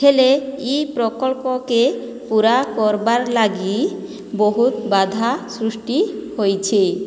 ହେଲେ ଇ ପ୍ରକଳ୍ପ ପୂରା କର୍ବାର୍ ଲାଗି ବହୁତ୍ ବାଧା ସୃଷ୍ଟି ହୋଇଛି